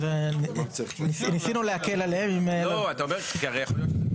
ניסינו להקל עליהם --- אתה אומר --- שזו